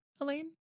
Elaine